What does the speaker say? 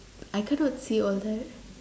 I cannot see all that